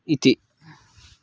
इति